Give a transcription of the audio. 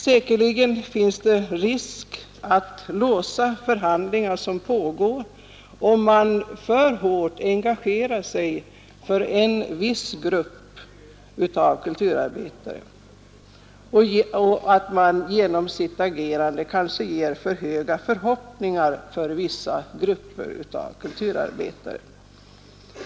Säkerligen finns det risk för att man låser förhandlingar som pågår, om man för hårt engagerar sig för en viss grupp av kulturarbetare. Genom sitt agerande kanske man dessutom driver upp förhoppningarna för högt hos vissa grupper av kulturarbetare.